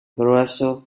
grueso